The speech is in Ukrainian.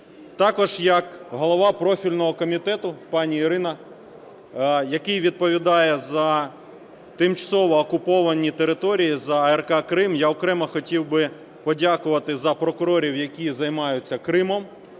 Також як голова профільного комітету, пані Ірина, який відповідає за тимчасово окуповані території, за АР Крим, я окремо хотів би подякувати за прокурорів, які займаються Кримом,